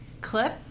clip